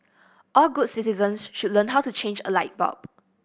all good citizens should learn how to change a light bulb